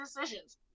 decisions